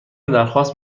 درخواست